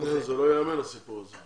זה לא ייאמן הסיפור הזה.